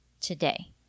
today